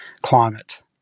climate